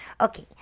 Okay